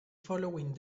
following